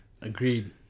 Agreed